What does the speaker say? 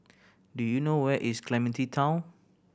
do you know where is Clementi Town